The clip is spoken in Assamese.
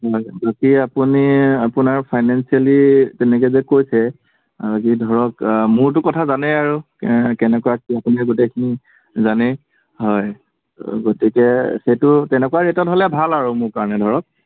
হয় বাকী আপুনি আপোনাৰ ফাইনেন্সিয়েলী তেনেকে যে কৈছে এই ধৰক মোৰতো কথা জানেই আৰু কেনেকুৱা কি আপুনি গোটেইখিনি জানেই হয় গতিকে সেইটো তেনেকুৱা ৰেটত হ'লে ভাল আৰু মোৰ কাৰণে ধৰক